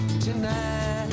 tonight